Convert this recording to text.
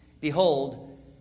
Behold